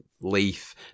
leaf